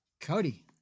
Cody